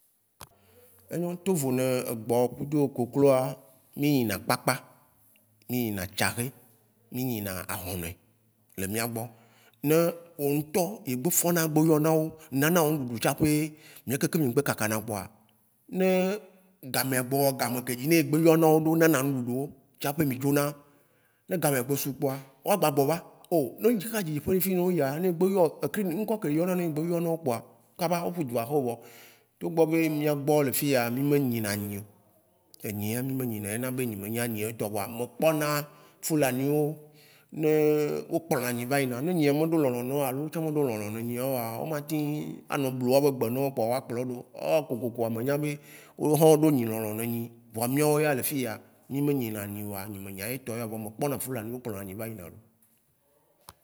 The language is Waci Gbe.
Enyɔ̃ tovo nɛ egbɔ kudɔ kokloa, mi nyina kpakpa, mi nyina tsaxe, mi nyina ahɔ̃nɛ, le miagbɔ. Ne wo ŋtɔ, e gbe fɔna yɔnawo nanawo ŋɖuɖu tsaƒe mia kekeŋ mi gbe kakana kpoa, ne gamea gbɔɔ, game kedzi ne egbe yɔnawo ɖo nana ŋɖuɖuwo tsaƒe mi dzona, ne gamea gbe su kpoa, wo a gba gbɔva, O ne kaka dzidziƒe fiyi ne wo yia, ne egbe yɔ kri, ŋkɔ ke woyɔna nɛ egbe yɔwona kpoa, kaba wo ƒudzu va aƒeme ʋɔ. Togbɔ be, miagbɔ le fiyea mi me nyina nyio, enyiya, mi me nyina nyio, ena be nye me nya nyi ya tɔ, vɔa, me kpɔna fulaniwo, né wo pklɔna nyi va yina, ne nyia me ɖo lɔlɔ̃ nawo alo woatsã me ɖo lɔlɔ̃ nɛ nyiawoa, o ma teŋ a nɔ blu woabe gbe nawo kpoa, woa kplɔ wó ɖoo. Ewã kokoko me nya be wohã o ɖo lɔlɔ̃ ne nyi, vɔ miawo ya le fiyea, mi me nyina nyioa, nye me nya etɔ yao. vɔ me kpɔna kplɔna nyi va yina lo.